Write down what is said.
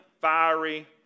fiery